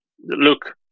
look